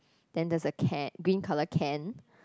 then there's a can green color can